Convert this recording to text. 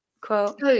quote